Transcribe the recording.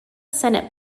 senate